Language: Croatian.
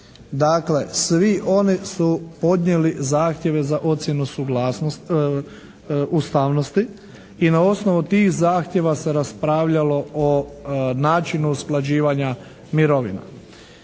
Dakle svi ovi su podnijeli zahtjeve za ocjenu ustavnosti i na osnovu tih zahtjeva se raspravljalo o načinu usklađivanja mirovina.